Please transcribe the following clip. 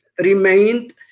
remained